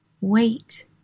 Wait